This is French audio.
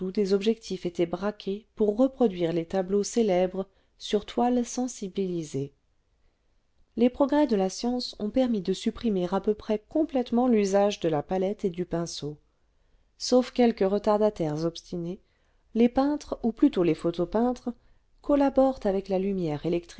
des objectifs étaient braqués pour reproduire les tableaux célèbres sur toile sensibilisée le musee de l'ind u s t ri e a u p al aïs d es tui om é s les progrès de la science ont permis de supprimer à peu près complètement l'usage de la palette et du pinceau sauf quelques retardataires obstinés les peintres ou plutôt les photopeintres collaborent avec là lumière